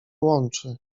łączy